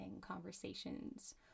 conversations